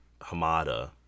Hamada